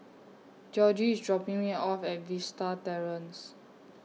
Georgie IS dropping Me off At Vista Terrace